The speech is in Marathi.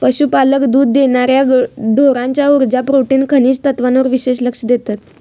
पशुपालक दुध देणार्या ढोरांच्या उर्जा, प्रोटीन, खनिज तत्त्वांवर विशेष लक्ष देतत